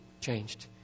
changed